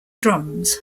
drums